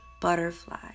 butterfly